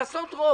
לעשות רוב,